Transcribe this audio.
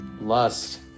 lust